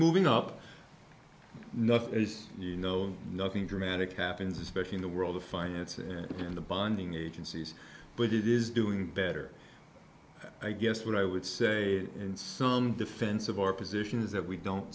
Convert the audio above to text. moving up nothing is you know nothing dramatic happens especially in the world of finance and the bonding agencies but it is doing better i guess what i would say in some defense of our position is that we don't